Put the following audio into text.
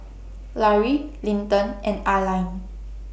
Lary Linton and Alline